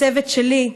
לצוות שלי,